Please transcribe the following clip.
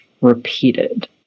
repeated